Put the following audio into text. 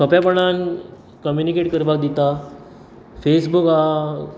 सोंपेपणान कम्युनीकेट करपाक दिता फेसबूक आहा